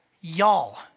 Y'all